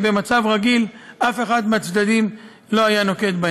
שבמצב רגיל אף אחד מהצדדים לא היה נוקט.